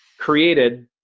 created